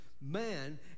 Man